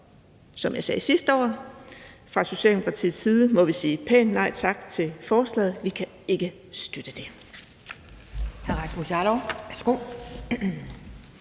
som jeg sagde sidste år: Fra Socialdemokratiets side må vi sige pænt nej tak til forslaget. Vi kan ikke støtte det.